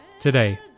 today